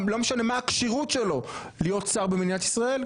לא משנה מה הכשירות שלו להיות שר במדינת ישראל.